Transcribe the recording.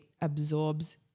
absorbs